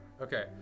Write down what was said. Okay